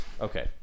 Okay